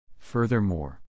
Furthermore